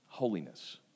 holiness